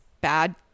Bad